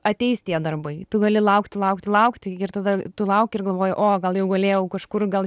ateis tie darbai tu gali laukti laukti laukti ir tada tu lauki ir galvoji o gal jau gulėjau kažkur gal